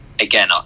again